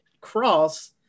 cross